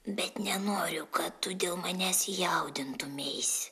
bet nenoriu kad tu dėl manęs jaudintumeis